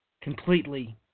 Completely